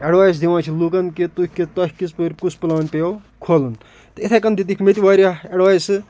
advice دِوان چھِ لوٗکَن کہِ تُہۍ کِتھ تۄہہِ کِژپٲرۍ کُس پٕلان پیٚیو کھولُن تہٕ یِتھَے کَن دِتِکھ میٚتہِ واریاہ اٮ۪ڈوایسہٕ